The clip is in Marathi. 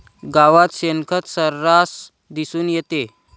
गावात शेणखत सर्रास दिसून येते